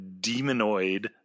demonoid